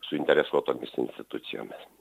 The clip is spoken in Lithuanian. suinteresuotomis institucijomis